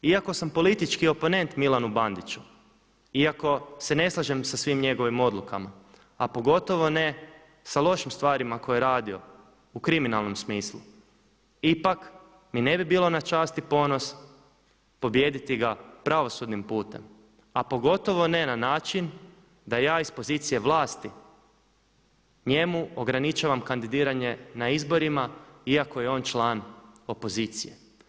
Iako sam politički oponent Milanu Bandiću, iako se ne slažem sa svim njegovim odlukama a pogotovo ne sa lošim stvarima koje je radio u kriminalnom smislu ipak mi ne bi bilo na čast i ponos pobijediti ga pravosudnim putem a pogotovo ne na način da ja iz pozicije vlasti njemu ograničavam kandidiranje na izborima iako je on član opozicije.